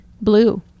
blue